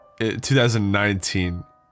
2019